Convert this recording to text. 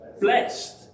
blessed